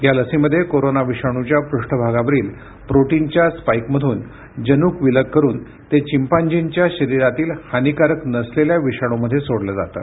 या लसीमध्ये कोरोना विषाणूच्या पृष्ठभागावरील प्रोटीनच्या स्पाईकमधून जनूक विलग करुन ते धिंपांझीच्या शरीरातील हानीकारक नसलेल्या विषाणूमध्ये सोडलं जातं